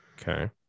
okay